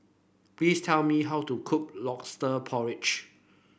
please tell me how to cook lobster porridge